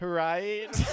right